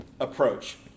approach